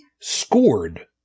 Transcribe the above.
scored